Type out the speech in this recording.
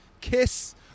kiss